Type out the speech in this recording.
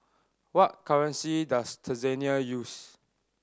what currency does Tanzania use